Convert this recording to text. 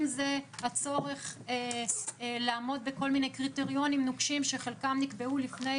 אם זה הצורך לעמוד בכל מיני קריטריונים נוקשים שחלקם נקבעו לפני